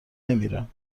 نمیرم